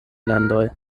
landoj